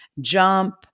jump